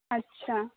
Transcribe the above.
اچھا